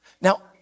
Now